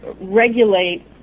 regulate